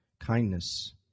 kindness